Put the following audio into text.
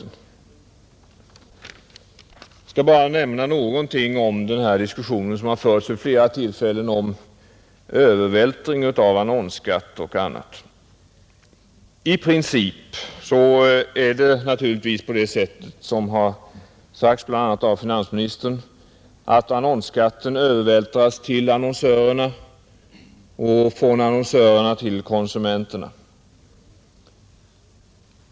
Jag skall bara ta upp något om den diskussion som vid flera tillfällen har förts om övervältring av annonsskatt och annat. I princip är det naturligtvis så, som bl.a. finansministern har sagt, att annonsskatten övervältras på annonsörerna och från annonsörerna på konsumenterna.